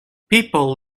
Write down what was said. people